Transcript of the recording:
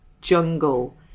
jungle